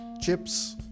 Chips